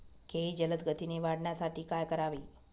केळी जलदगतीने वाढण्यासाठी काय करावे?